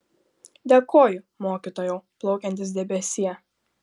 dėkoju mokytojau plaukiantis debesie